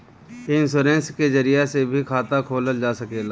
इ इन्शोरेंश के जरिया से भी खाता खोलल जा सकेला